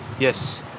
Yes